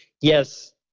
yes